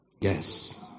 Yes